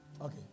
Okay